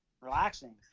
Relaxing